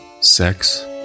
Sex